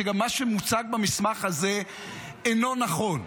שגם מה שמוצג במסמך הזה אינו נכון.